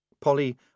Polly